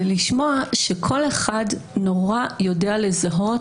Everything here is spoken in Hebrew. זה לשמוע שכל אחד נורא יודע לזהות